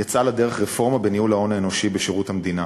יצאה לדרך רפורמה בניהול ההון האנושי בשירות המדינה.